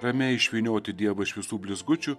ramiai išvynioti dievą iš visų blizgučių